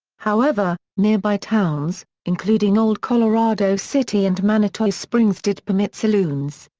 however, nearby towns, including old colorado city and manitou springs did permit saloons.